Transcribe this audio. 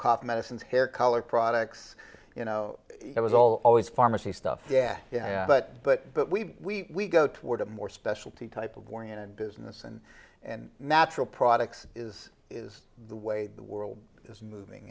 cough medicines hair color products you know it was all always pharmacy stuff yeah yeah but but but we go toward a more specialty type of war in business and and natural products is is the way the world is moving